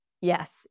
Yes